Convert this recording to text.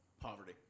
poverty